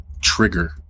trigger